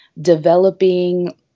developing